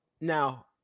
Now